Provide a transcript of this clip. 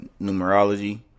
numerology